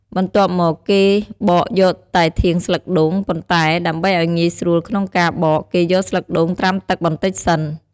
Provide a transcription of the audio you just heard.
បន្ទាប់មកគេបកយកតែធាងស្លឹកដូង ប៉ុន្តែដើម្បីឲ្យងាយស្រួលក្នុងការបក គេយកស្លឹកដូងត្រាំទឹកបន្តិចសិន។